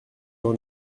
dans